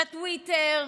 לטוויטר,